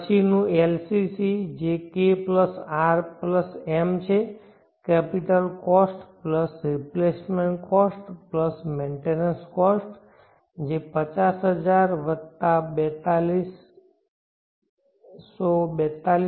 પછી નું LCC જે KRM છે capital cost replacement cost maintenance cost જે 500004242